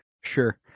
Sure